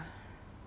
ya